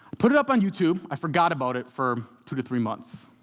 put it up on youtube. i forgot about it for two to three months.